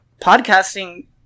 Podcasting